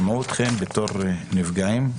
שמעו אתכם בתור נפגעים,